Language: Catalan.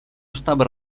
estava